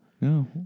No